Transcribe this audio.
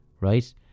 ...right